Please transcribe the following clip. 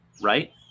right